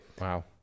Wow